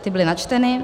Ty byly načteny.